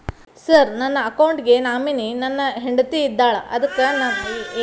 Sir ನನ್ನ account ಗೆ nominee ನನ್ನ ಹೆಂಡ್ತಿ ಇದ್ದಾಳ ಅದಕ್ಕ ನನ್ನ ಮಗನ ಹೆಸರು ಸೇರಸಬಹುದೇನ್ರಿ?